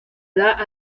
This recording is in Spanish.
edad